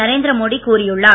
நரேந்திர மோடி கூறியுள்ளார்